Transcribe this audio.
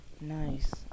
Nice